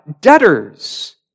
debtors